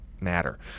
matter